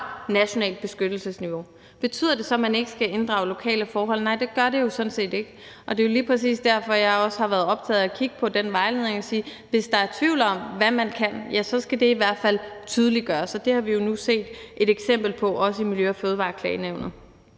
nationalt beskyttelsesniveau. Betyder det så, at man ikke skal inddrage lokale forhold? Nej, det gør det sådan set ikke, og det er lige præcis derfor, jeg også har været optaget af at kigge på den vejledning og har sagt, at hvis der er tvivl om, hvad man kan, så skal det i hvert fald tydeliggøres. Og det har vi jo nu set et eksempel på i Miljø- og Fødevareklagenævnet.